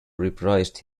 reprised